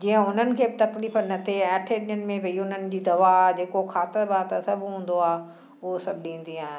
जीअं हुननि खे बि तकलीफ़ु न थिए अठें ॾींहनि में भई उन्हनि जी दवा जेको खातर वातर सभु हूंदो आहे उहो सभु ॾींदी आहियां